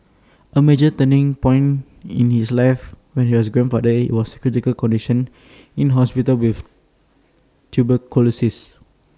A major turning point in his life was when his grandfather was in A critical condition in hospital with tuberculosis